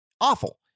awful